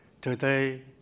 Today